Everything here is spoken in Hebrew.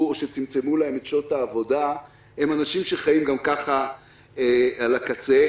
או צמצמו להם את שעות העבודה הם אנשים שחיים גם כך על הקצה.